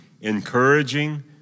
Encouraging